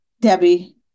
Debbie